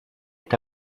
est